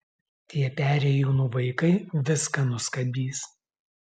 tie perėjūnų vaikai viską nuskabys